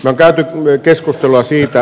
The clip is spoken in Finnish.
lääkäri voi keskustella siitä